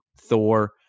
Thor